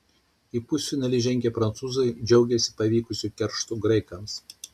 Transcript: į pusfinalį žengę prancūzai džiaugiasi pavykusiu kerštu graikams